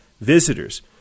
visitors